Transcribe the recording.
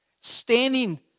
standing